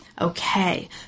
Okay